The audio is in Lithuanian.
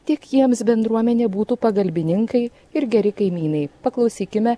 tiek jiems bendruomenė būtų pagalbininkai ir geri kaimynai paklausykime